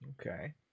Okay